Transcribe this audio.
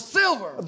silver